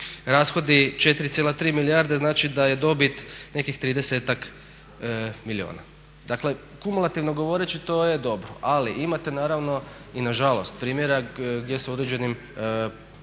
Rashodi 4,3 milijarde znači da je dobit nekih 30 milijuna. Dakle, kumulativno govoreći to je dobro, ali imate naravno i nažalost primjera gdje se određenim